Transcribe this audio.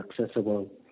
accessible